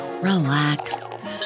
relax